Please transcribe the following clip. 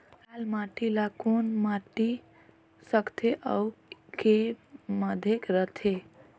लाल माटी ला कौन माटी सकथे अउ के माधेक राथे?